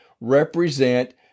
represent